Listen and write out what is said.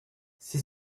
ses